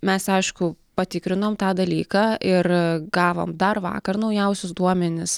mes aišku patikrinom tą dalyką ir gavom dar vakar naujausius duomenis